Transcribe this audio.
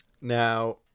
Now